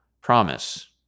promise